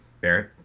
Barrett